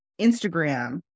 Instagram